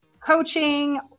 coaching